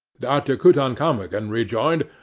dr. kutankumagen rejoined,